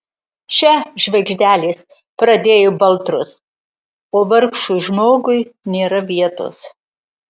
še žvaigždelės pradėjo baltrus o vargšui žmogui nėra vietos